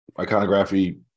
iconography